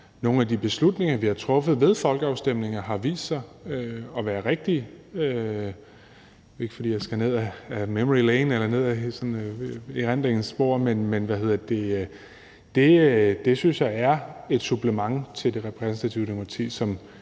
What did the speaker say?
nogle af de beslutninger, vi har truffet ved folkeafstemninger, har vist sig at være rigtige – ikke fordi jeg skal ned ad memory lane eller sådan ned ad erindringens spor. Jeg synes, det er et supplement til det repræsentative demokrati,